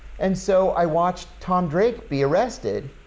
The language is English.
and, so i watched tom drake be arrested.